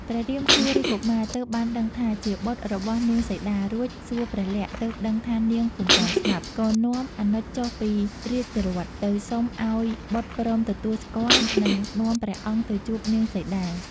ព្រះរាមសួររាជកុមារទើបបានដឹងថា ជាបុត្ររបស់នាងសីតារួចសួរព្រះលក្សណ៍ ទើបដឹងថានាងពុំទាន់ស្លាប់ ក៏នាំអនុជចុះពីរាជរថទៅសុំឱ្យបុត្រព្រមទទួលស្គាល់និងនាំព្រះអង្គទៅជួប នាងសីតា។